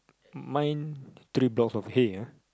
mine three blocks of hay ah